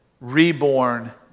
reborn